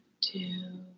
two